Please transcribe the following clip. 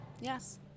Yes